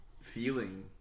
feeling